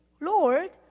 Lord